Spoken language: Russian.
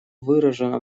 выражено